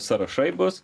sąrašai bus